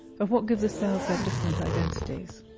are what give the cells their different identities.